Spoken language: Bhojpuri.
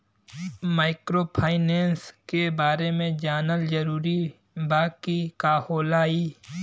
माइक्रोफाइनेस के बारे में जानल जरूरी बा की का होला ई?